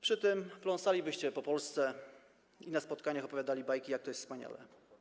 Przy tym pląsalibyście po Polsce i na spotkaniach opowiadali bajki, jak to jest wspaniale.